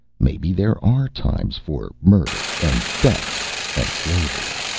maybe there are times for murder, and theft and slavery.